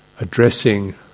addressing